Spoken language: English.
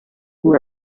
who